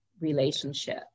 relationship